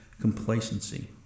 complacency